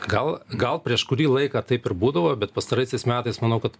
gal gal prieš kurį laiką taip ir būdavo bet pastaraisiais metais manau kad